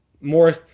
more